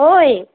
অ'ই